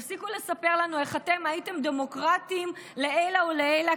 תפסיקו לספר לנו איך אתם הייתם דמוקרטים לעילא ולעילא,